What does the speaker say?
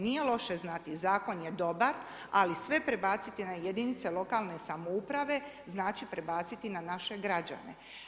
Nije loše znati, zakon je dobar, ali sve prebaciti na jedinica lokalne samouprave, znači prebaciti na naše građane.